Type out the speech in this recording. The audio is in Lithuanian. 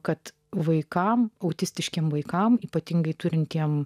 kad vaikams autistiškiems vaikams ypatingai turintiems